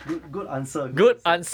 good good answer good answer